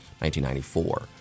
1994